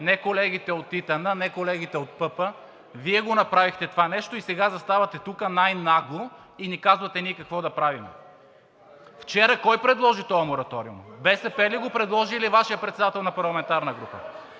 не колегите от ИТН, не колегите от ПП, Вие направихте това нещо и сега заставате тук най-нагло и ни казвате ние какво да правим. Вчера кой предложи този мораториум – БСП ли го предложи, или Вашият председател на парламентарна група?